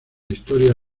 historia